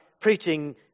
preaching